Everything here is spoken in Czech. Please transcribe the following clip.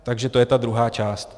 Takže to je ta druhá část.